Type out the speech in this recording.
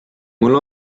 mul